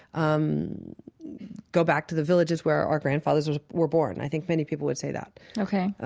um go back to the villages where our grandfathers were born. i think many people would say that ok.